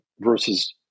versus